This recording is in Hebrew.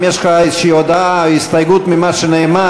אם יש לך איזו הודעה או הסתייגות ממה שנאמר,